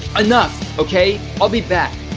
enough, okay? i'll be back.